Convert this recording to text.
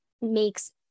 makes